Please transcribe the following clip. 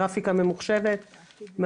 גרפיקה ממוחשבת,